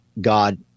god